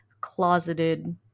closeted